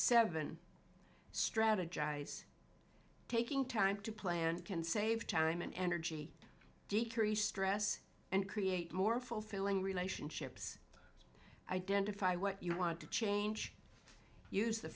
seven strategize taking time to plan can save time and energy decrease stress and create more fulfilling relationships identify what you want to change use the